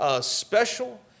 special